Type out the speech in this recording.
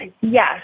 Yes